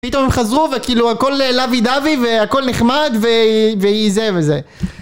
פתאום הם חזרו, והכול לוי דווי, והכול נחמד, והיא זה וזה.